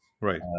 Right